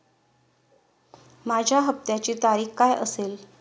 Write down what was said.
माझ्या हप्त्याची तारीख काय असेल?